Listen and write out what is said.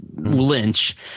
lynch